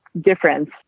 difference